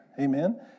Amen